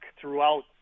throughout